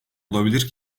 olabilir